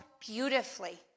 beautifully